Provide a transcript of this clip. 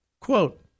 Quote